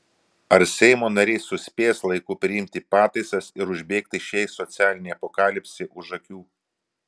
ar seimo nariai suspės laiku priimti pataisas ir užbėgti šiai socialinei apokalipsei už akių